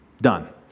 Done